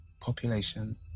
Population